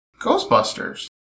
ghostbusters